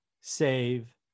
save